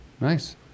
Nice